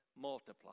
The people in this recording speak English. multiply